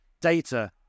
data